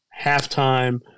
halftime